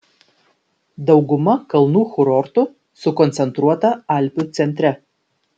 dauguma kalnų kurortų sukoncentruota alpių centre